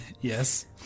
Yes